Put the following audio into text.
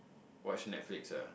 watch Netflix ah